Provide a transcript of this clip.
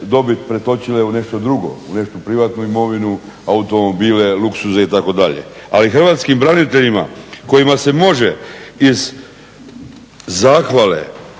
dobi pretočile u nešto drugo, u neku privatnu imovinu, automobile, luksuze itd. ali hrvatskim braniteljima kojima se može iz zahvale